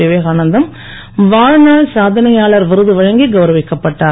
விவேகானந்தம் வாழ்நாள் சாதனையாளர் விருது வழங்கி கவுரவிக்கப்பட்டார்